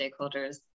stakeholders